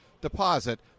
deposit